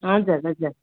हजुर हजुर